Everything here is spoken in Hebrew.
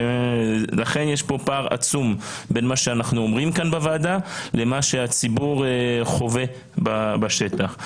יש פער עצום בין מה שאנחנו אומרים בוועדה למה שהציבור חווה בשטח.